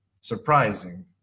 surprising